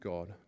God